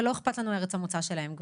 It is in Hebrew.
ולא אכפת לנו ארץ המוצא שלהם.